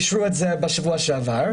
אישרו את זה בשבוע שעבר.